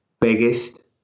biggest